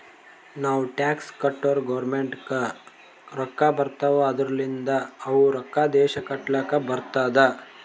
ನಾವ್ ಟ್ಯಾಕ್ಸ್ ಕಟ್ಟುರ್ ಗೌರ್ಮೆಂಟ್ಗ್ ರೊಕ್ಕಾ ಬರ್ತಾವ್ ಅದೂರ್ಲಿಂದ್ ಅವು ರೊಕ್ಕಾ ದೇಶ ಕಟ್ಲಕ್ ಬರ್ತುದ್